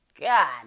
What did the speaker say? God